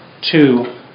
Two